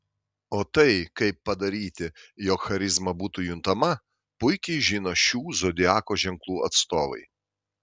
o tai kaip padaryti jog charizma būtų juntama puikiai žino šių zodiako ženklų atstovai